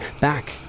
back